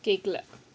கேட்கல:ketkala